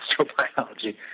astrobiology